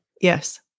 Yes